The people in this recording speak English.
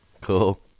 Cool